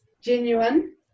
genuine